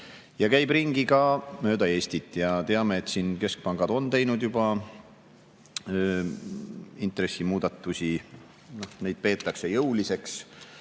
ja käib ringi ka mööda Eestit. Teame, et siin keskpangad on teinud juba intressimuudatusi, neid peetakse jõuliseks.